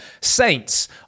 Saints